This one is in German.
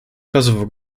kosovo